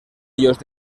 ellos